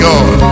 God